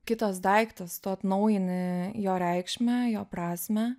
kitas daiktas tu atnaujini jo reikšmę jo prasmę